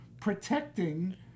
protecting